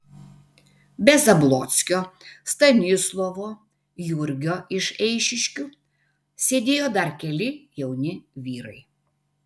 be zablockio stanislovo jurgio iš eišiškių sėdėjo dar keli jauni vyrai